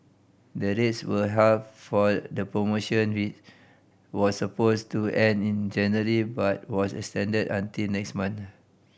the rates were halved for the promotion which was supposed to end in January but was extended until next month